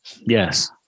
Yes